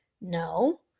No